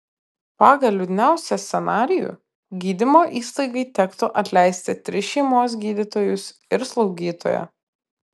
pagal liūdniausią scenarijų gydymo įstaigai tektų atleisti tris šeimos gydytojus ir slaugytoją